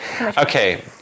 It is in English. Okay